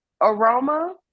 aroma